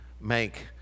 make